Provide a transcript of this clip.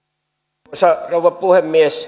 arvoisa rouva puhemies